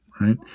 Right